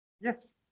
Yes